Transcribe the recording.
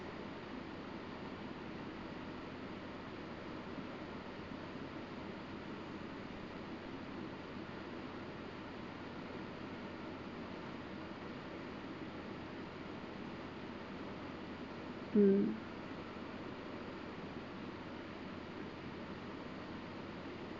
hmm